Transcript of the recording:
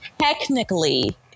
technically